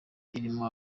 irimo